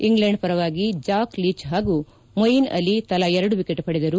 England ಪರವಾಗಿ Jack Leach ಹಾಗೂ ಮೊಯೀನ್ ಅಲಿ ತಲಾ ಎರಡು ವಿಕೆಟ್ ಪಡೆದರು